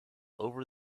over